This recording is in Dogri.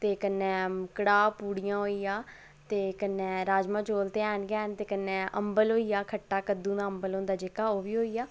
ते कन्नै कढ़ा पूड़ियां होइयां ते कन्नै राजमां चौल ते हैन गै हैन ते कन्नै अम्बल होइया खट्टा कद्दूं दा अम्बल होंदा जेह्का ओह् बी होई गेआ